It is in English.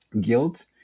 guilt